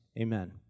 Amen